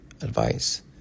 advice